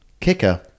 kicker